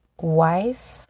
wife